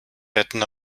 wetten